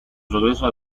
regreso